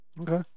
Okay